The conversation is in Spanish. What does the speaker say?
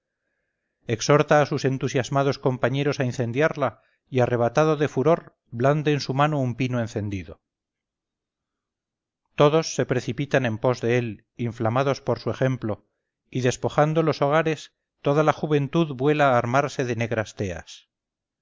exhorta a sus entusiasmados compañeros a incendiarla y arrebatado de furor blande en su mano un pino encendido todos se precipitan en pos de él inflamados por su ejemplo y despojando los hogares toda la juventud vuela a armarse de negras teas